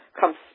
comes